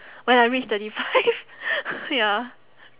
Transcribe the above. when I reach thirty five ya